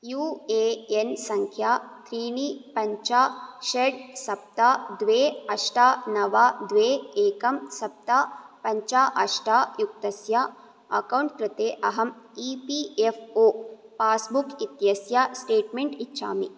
you A N सङ्ख्या त्रीणि पञ्च षट् सप्त द्वे अष्ट नव द्वे एकं सप्त पञ्च अष्ट युक्तस्य अक्कौण्ट् कृते अहम् E P F O passbook इत्यस्य स्टेट्मेण्ट् इच्छामि